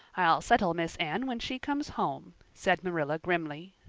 i'll settle miss anne when she comes home, said marilla grimly,